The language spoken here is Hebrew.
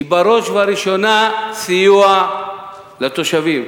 היא בראש ובראשונה סיוע לתושבים.